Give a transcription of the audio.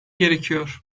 gerekiyor